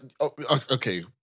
Okay